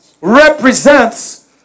represents